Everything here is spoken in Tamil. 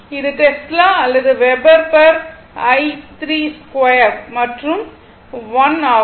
அது டெஸ்லா அல்லது வெபர் பெர் i32 மற்றும் l ஆகும்